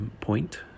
point